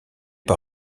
pas